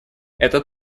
этот